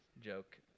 Joke